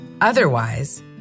Otherwise